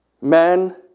Men